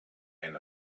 and